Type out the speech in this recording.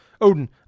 Odin